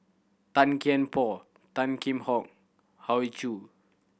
Tan Kian Por Tan Kheam Hock Hoey Choo